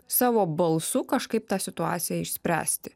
savo balsu kažkaip tą situaciją išspręsti